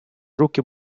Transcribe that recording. руки